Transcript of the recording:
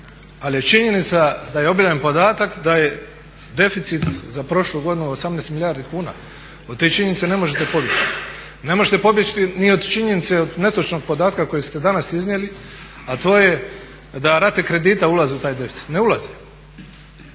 je činjenica da je objavljen podatak da je deficit za prošlu godinu 18 milijardi kuna. Od te činjenice ne možete pobjeći, ne možete pobjeći ni od činjenice, od netočnog podatka kojeg ste danas iznijeli a to je da rate kredita ulaze u taj deficit, ne ulaze,